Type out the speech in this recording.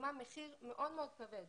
ששילמה מחיר מאוד-מאוד כבד